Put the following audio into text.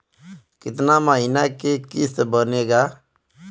कितना महीना के किस्त बनेगा?